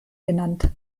genannt